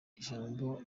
ijambo